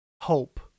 Hope